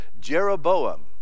Jeroboam